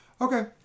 Okay